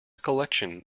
collection